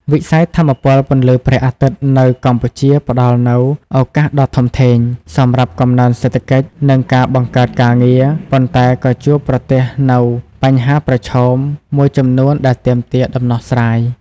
វិស័យថាមពលពន្លឺព្រះអាទិត្យនៅកម្ពុជាផ្តល់នូវ ឱកាសដ៏ធំធេង សម្រាប់កំណើនសេដ្ឋកិច្ច និងការបង្កើតការងារ ប៉ុន្តែក៏ជួបប្រទះនូវ បញ្ហាប្រឈម មួយចំនួនដែលទាមទារដំណោះស្រាយ។